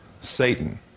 Satan